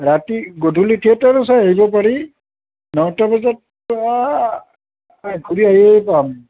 ৰাতি গধূলি থিয়েটাৰো চাই আহিব পাৰি নটা বজাত ঘূৰি আহিয়ে পাম